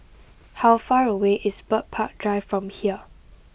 how far away is Bird Park Drive from here